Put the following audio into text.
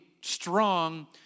strong